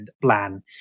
plan